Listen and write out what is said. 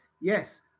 yes